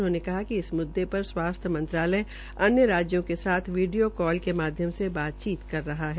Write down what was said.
उन्होंने कहा कि इस वृद्वि पर स्वास्थ्य मंत्रालय अन्य राज्यों के साथ वीडियो कॉल के माध्यम से बातचीत कर रहा है